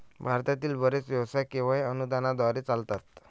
भारतातील बरेच व्यवसाय केवळ अनुदानाद्वारे चालतात